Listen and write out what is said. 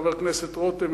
חבר הכנסת רותם,